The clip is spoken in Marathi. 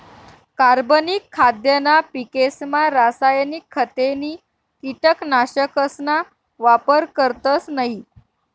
कार्बनिक खाद्यना पिकेसमा रासायनिक खते नी कीटकनाशकसना वापर करतस नयी